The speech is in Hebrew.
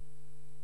(הישיבה נפסקה בשעה 14:11 ונתחדשה בשעה 14:12.)